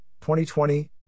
2020